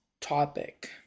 topic